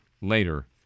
later